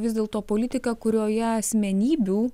vis dėlto politiką kurioje asmenybių